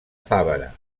favara